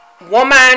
Woman